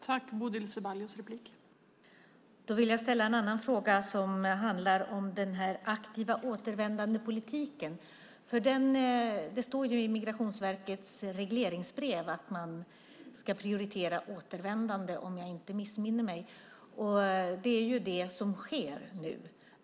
Fru talman! Jag vill ställa en annan fråga, som handlar om den aktiva återvändandepolitiken. Det står i Migrationsverkets regleringsbrev att man ska prioritera återvändande, om jag inte missminner mig. Och det är det som sker nu.